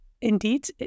indeed